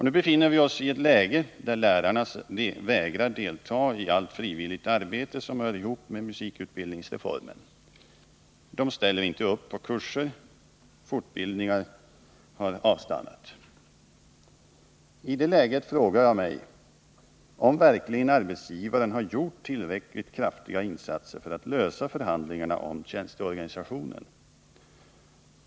Nu befinner vi oss i ett läge där lärarna vägrar delta i allt frivilligt arbete som hör ihop med musikutbildningsreformen. De ställer inte upp på kurser. Fortbildningen har avstannat. I det läget frågar jag mig om verkligen arbetsgivaren har gjort tillräckligt kraftiga insatser för att slutföra förhandlingarna om tjänsteorganisationen.